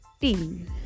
team